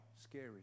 scary